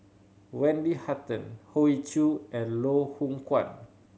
Wendy Hutton Hoey Choo and Loh Hoong Kwan